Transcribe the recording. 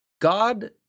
God